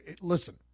listen